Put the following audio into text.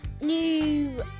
new